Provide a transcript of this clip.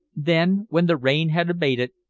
then, when the rain had abated,